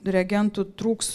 reagentų trūks